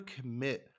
commit